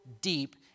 deep